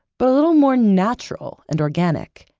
but a little more natural and organic.